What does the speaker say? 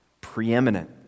preeminent